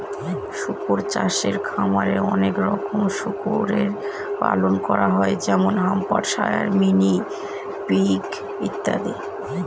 শুকর চাষে খামারে অনেক রকমের শুকরের পালন করা হয় যেমন হ্যাম্পশায়ার, মিনি পিগ ইত্যাদি